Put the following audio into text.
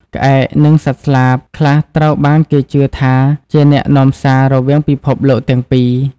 ក្អែក និង សត្វស្លាប ខ្លះត្រូវបានគេជឿថាជាអ្នកនាំសាររវាងពិភពលោកទាំងពីរ។